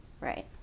Right